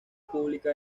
pública